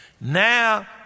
Now